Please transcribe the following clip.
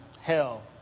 hell